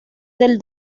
del